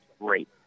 great